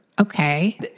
Okay